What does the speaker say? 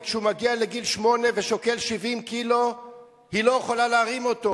וכשהוא מגיע לגיל שמונה ושוקל 70 קילו היא לא יכולה להרים אותו.